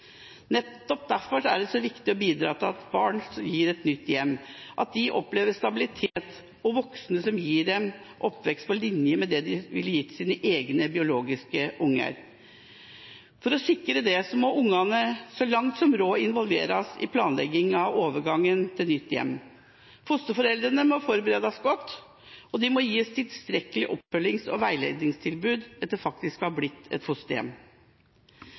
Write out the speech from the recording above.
Nettopp derfor er det så viktig å bidra til at barn som gis et nytt hjem, opplever stabilitet og voksne som gir dem en oppvekst på linje med den de ville gitt sine egne, biologiske unger. For å sikre det må ungene så langt som råd involveres i planleggingen av overgangen til nytt hjem. Fosterforeldrene må forberedes godt, og de må gis tilstrekkelige oppfølgings- og veiledningstilbud etter faktisk å ha blitt et fosterhjem.